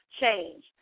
change